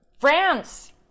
france